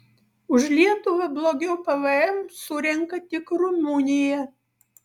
už lietuvą blogiau pvm surenka tik rumunija